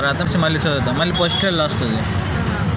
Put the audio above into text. పనసకాయలను కోసి వేనులో లోడు సేసి మార్కెట్ కి తోలుకెల్లాల